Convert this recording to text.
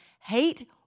hate